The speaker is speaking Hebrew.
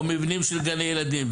או מבנים של גני ילדים,